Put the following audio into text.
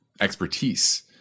expertise